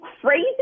crazy